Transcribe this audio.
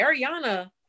ariana